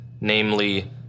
Namely